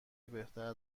بهتر